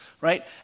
right